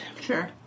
Sure